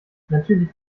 natürlich